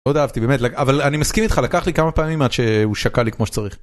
מאוד אהבתי, באמת, אבל אני מסכים איתך לקח לי כמה פעמים עד שהוא שקע לי כמו שצריך.